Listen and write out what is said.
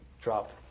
drop